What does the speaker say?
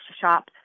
shop